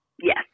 Yes